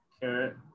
carrot